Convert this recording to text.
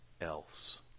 else